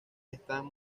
están